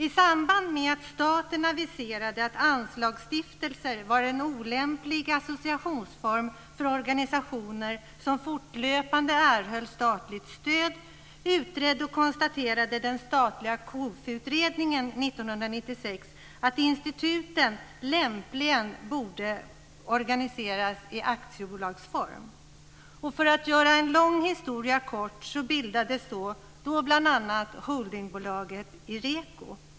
I samband med att staten aviserade att anslagsstiftelser var en olämplig associationsform för organisationer som fortlöpande erhöll statligt stöd utredde och konstaterade en statlig utredning 1996 att instituten lämpligen borde organiseras i aktiebolagsform. För att göra en lång historia kort bildades då bl.a. holdingbolaget Ireko.